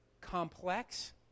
complex